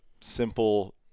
simple